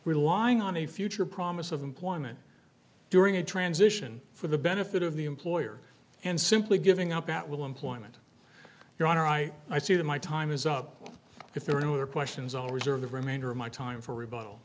relying on a future promise of employment during a transition for the benefit of the employer and simply giving up at will employment your honor i i see that my time is up if there are no other questions i'll reserve the remainder of my time for rebutt